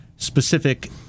specific